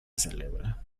celebra